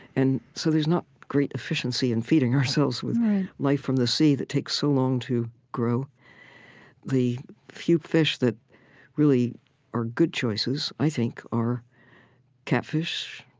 and so there's not great efficiency in feeding ourselves with life from the sea that takes so long to grow the few fish that really are good choices, i think, are catfish,